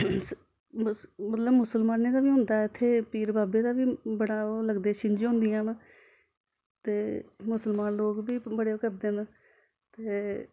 मतलब मुसलमानें दा बी होंदा इत्थै पीर बाबे दा बी बड़ा ओह् लगदे छिंझ होंदियां न ते मुसलमान लोक बी बडे़ ओह् करदे न ते